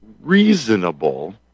reasonable